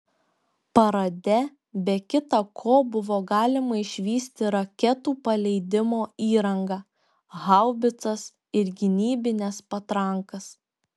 parade be kita ko buvo galima išvysti raketų paleidimo įrangą haubicas ir gynybines patrankas